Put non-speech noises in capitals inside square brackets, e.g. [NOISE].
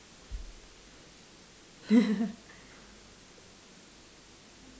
[LAUGHS]